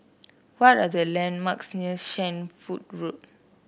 what are the landmarks near Shenvood Road